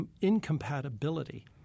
incompatibility